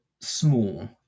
small